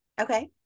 okay